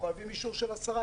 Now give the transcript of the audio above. אנחנו חייבים אישור של השרה.